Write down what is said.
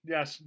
Yes